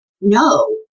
no